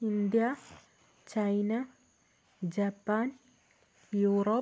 India China Japan Europe